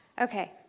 Okay